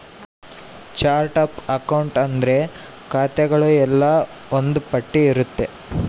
chart of account ಅಂದ್ರೆ ಖಾತೆಗಳು ಎಲ್ಲ ಒಂದ್ ಪಟ್ಟಿ ಇರುತ್ತೆ